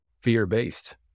fear-based